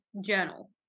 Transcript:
journal